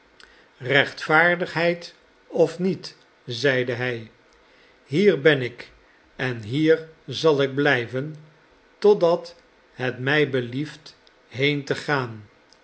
rechtvaardigheid of niet zeide hij hier ben ik en hier zal ik blijven totdat het mij belieft heen te gaan